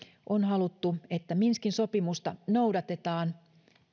on haluttu että minskin sopimusta noudatetaan